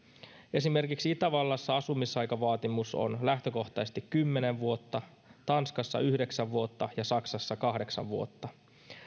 esimerkiksi itävallassa asumisaikavaatimus on lähtökohtaisesti kymmenen vuotta tanskassa yhdeksän vuotta ja saksassa kahdeksan vuotta